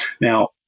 Now